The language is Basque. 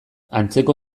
antzeko